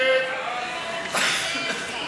תודה רבה.